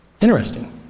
Interesting